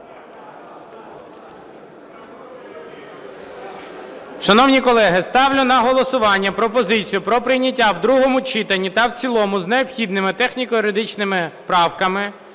Шановні колеги, ставлю на голосування пропозицію про прийняття в другому читанні та в цілому з необхідними техніко-юридичними правками